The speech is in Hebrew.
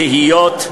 תהיות,